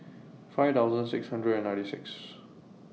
five thousand six hundred and ninety six